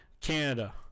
Canada